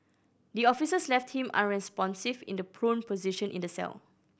the officers left him unresponsive in the prone position in the cell